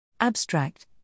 Abstract